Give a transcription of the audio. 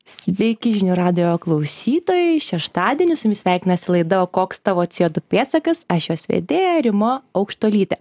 sveiki žinių radijo klausytojai šeštadienį su jumis sveikinasi laida o koks tavo cė o du pėdsakas aš jos vedėja rima aukštuolytė